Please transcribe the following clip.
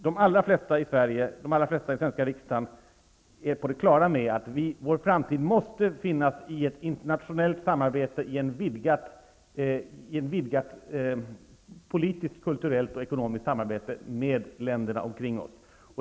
De allra flesta i den svenska riksdagen är på det klara med att vår framtid måste finnas i ett vidgat internationellt politiskt, kulturellt och ekonomiskt samarbete med länderna omkring oss.